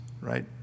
right